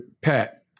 Pat